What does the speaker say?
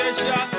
Asia